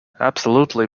absolutely